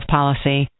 policy